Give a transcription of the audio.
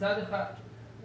אם